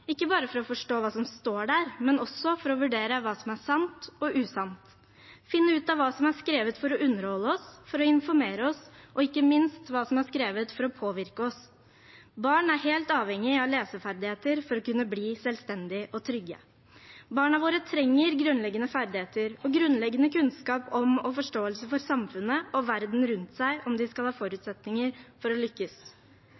ikke bare for å forstå hva som står der, men også for å vurdere hva som er sant og usant, og finne ut hva som er skrevet for å underholde oss, for å informere oss og ikke minst for å påvirke oss. Barn er helt avhengig av leseferdigheter for å kunne bli selvstendige og trygge. Barna våre trenger grunnleggende ferdigheter og grunnleggende kunnskap om og forståelse for samfunnet og verden rundt seg om de skal ha